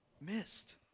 missed